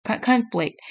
conflict